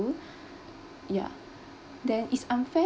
yeah then is unfair